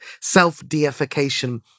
self-deification